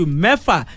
mefa